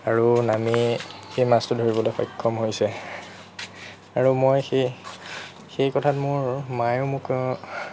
আৰু নামি সি মাছটো ধৰিবলৈ সক্ষম হৈছে আৰু মই সেই সেই কথাত মোৰ মায়েও মোক